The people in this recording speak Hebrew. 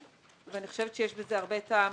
ואני חושבת שיש בזה הרבה טעם,